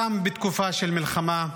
גם בתקופה של מלחמה.